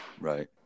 Right